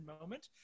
moment